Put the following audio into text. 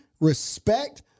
respect